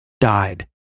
died